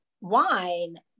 wine